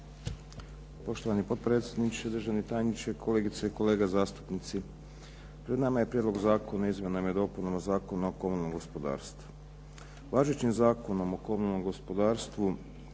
Poštovani potpredsjedniče, državni tajniče, kolegice i kolege zastupnici. Pred nama je Prijedlog zakona o izmjenama i dopunama Zakona o komunalnom gospodarstvu. Važećim Zakonom o komunalnom gospodarstvu